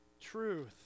truth